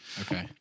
Okay